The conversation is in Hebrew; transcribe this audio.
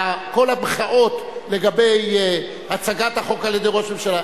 כל המחאות לגבי הצגת החוק על-ידי ראש הממשלה,